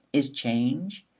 is change,